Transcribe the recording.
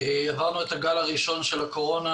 עברנו את הגל הראשון של הקורונה,